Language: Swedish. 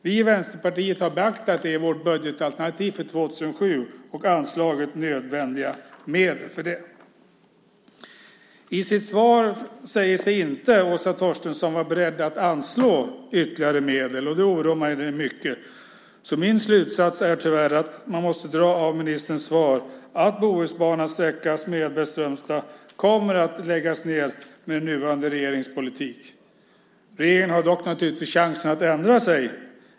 Vi i Vänsterpartiet har beaktat det i vårt budgetalternativ för 2007 och anslagit nödvändiga medel för det. I sitt svar säger sig Åsa Torstensson inte vara beredd att anslå ytterligare medel, och det oroar mig mycket. Den slutsats som man tyvärr måste dra av ministerns svar är att Bohusbanans sträcka mellan Smedberg och Strömstad kommer att läggas ned med nuvarande regerings politik. Regeringen har dock naturligtvis chansen att ändra sig.